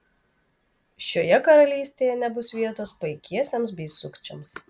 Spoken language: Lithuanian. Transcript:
šioje karalystėje nebus vietos paikiesiems bei sukčiams